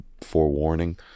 forewarning